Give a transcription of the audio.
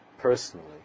personally